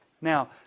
Now